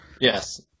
Yes